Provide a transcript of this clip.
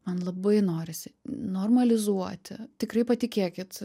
man labai norisi normalizuoti tikrai patikėkit